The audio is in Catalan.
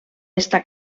està